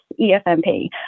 EFMP